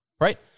right